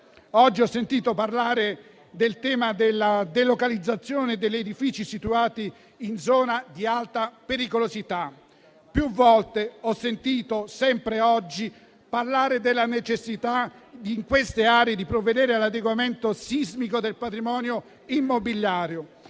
oggi ho sentito parlare del tema della delocalizzazione degli edifici situati in zona di alta pericolosità. Più volte ho sentito, sempre oggi, parlare della necessità in queste aree di provvedere all'adeguamento sismico del patrimonio immobiliare.